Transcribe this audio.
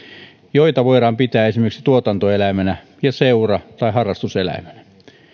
joita voidaan pitää esimerkiksi tuotantoeläiminä ja seura tai harrastuseläiminä